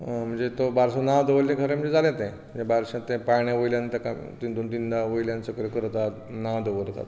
म्हणजे तो बारसो नांव दवरलें खरें म्हणजे जालें तें तें बारशाक तें पाळण्या वयल्यान ताका तीन दोन तीनदां वयल्यान सकयल करतात नांव दवरतात